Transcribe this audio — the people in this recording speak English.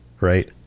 right